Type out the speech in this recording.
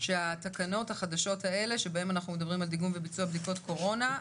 שהתקנות החדשות האלה שבהן אנחנו מדברים על דיגום וביצוע בדיקות קורונה,